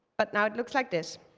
but now it looks like this.